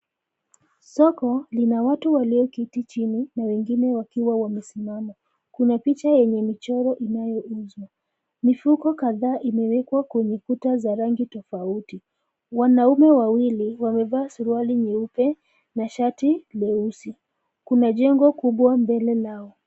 Soko lina watu walioketi chini na wengine wakiwa wamesimama. Kuna picha yenye michoro inayouzwa. Mifuko kadhaa imewekwa kwenye kuta za rangi tofauti. Wanaume wawili wamevaa suruali nyeupe na shati weusi kuna jengo kubwa mbele yao.